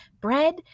bread